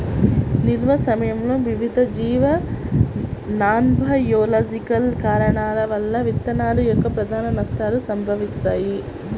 నిల్వ సమయంలో వివిధ జీవ నాన్బయోలాజికల్ కారకాల వల్ల విత్తనాల యొక్క ప్రధాన నష్టాలు సంభవిస్తాయి